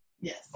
Yes